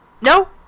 no